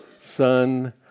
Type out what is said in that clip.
Son